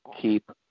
keep